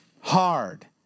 Hard